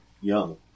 young